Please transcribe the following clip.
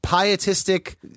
pietistic